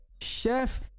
chef